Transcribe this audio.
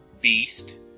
Beast